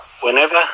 Whenever